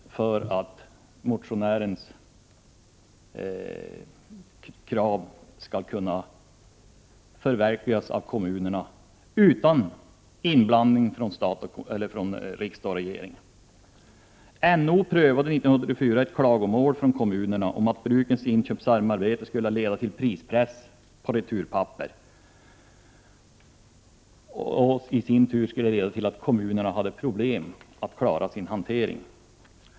Motionärens krav kan således tillmötesgås av kommunerna, utan inblandning från riksdag och regering. NO prövade 1984 ett klagomål från kommunerna om att brukens inköpssamarbete skulle leda till prispress på returpapper, vilket ledde till att kommunerna fick problem att klara en egen hantering.